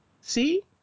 See